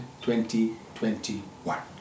2021